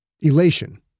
Elation